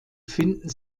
finden